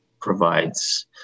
provides